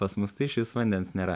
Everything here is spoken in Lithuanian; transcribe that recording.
pas mus tai iš vis vandens nėra